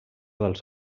dels